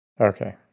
Okay